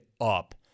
up